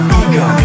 ego